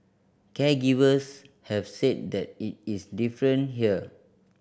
caregivers have said that it is different here